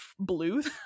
Bluth